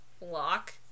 lock